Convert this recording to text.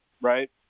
right